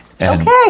Okay